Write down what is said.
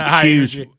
choose